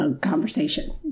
Conversation